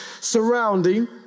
surrounding